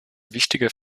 wichtiger